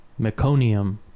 meconium